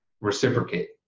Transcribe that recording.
reciprocate